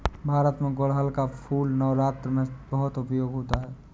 भारत में गुड़हल का फूल नवरात्र में बहुत उपयोग होता है